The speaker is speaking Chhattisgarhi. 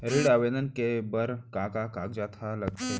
ऋण आवेदन दे बर का का कागजात ह लगथे?